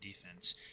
defense